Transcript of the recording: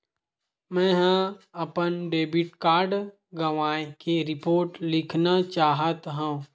मेंहा अपन debit card गवाए के रिपोर्ट लिखना चाहत हव